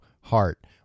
Heart